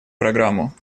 программу